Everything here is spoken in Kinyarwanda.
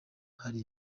hari